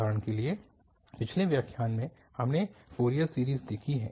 उदाहरण के लिए पिछले व्याख्यान में हमने फ़ोरियर सीरीज़ देखी है